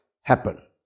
happen